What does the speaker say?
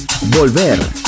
Volver